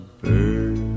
bird